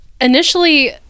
Initially